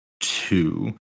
two